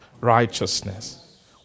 Righteousness